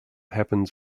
happens